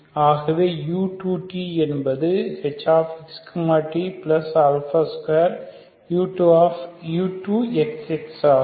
ஆகவே u2t என்பது hx t2u2xxஆகும்